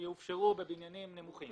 יאופשרו בבניינים נמוכים.